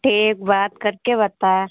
ठीक बात करके बता